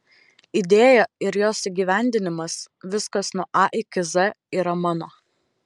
idėja ir jos įgyvendinimas viskas nuo a iki z yra mano